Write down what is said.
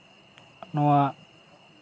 ᱱᱚᱣᱟ